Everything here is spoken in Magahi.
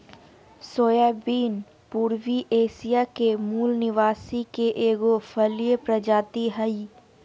सोयाबीन पूर्वी एशिया के मूल निवासी के एगो फलिय प्रजाति हइ